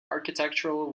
architectural